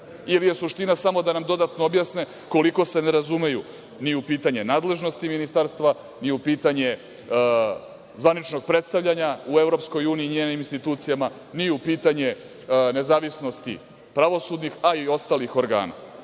ili je suština samo da nam dodatno objasne koliko se ne razumeju ni u pitanja nadležnosti ministarstva, ni u pitanje zvaničnog predstavljanja u EU i njenim institucijama, ni u pitanje nezavisnosti pravosudnih, a i ostalih organa.